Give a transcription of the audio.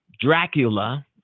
dracula